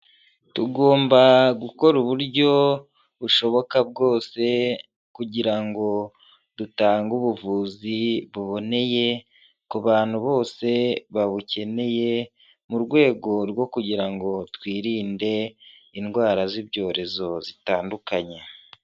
Tugomba gukora uburyo bushoboka bwose kugira ngo dutange ubuvuzi buboneye ku bantu bose babukeneye, mu rwego rwo kugira ngo twirinde indwara z'ibyorezo zitandukanye.